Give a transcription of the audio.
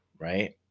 right